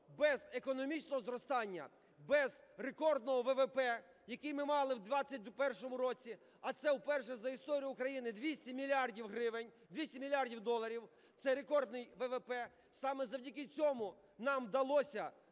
без економічного зростання, без рекордного ВВП, який ми мали в 21-му році, а це вперше за історію України 200 мільярдів гривень, 200 мільярдів доларів – це рекордний ВВП, саме завдяки цьому нам вдалося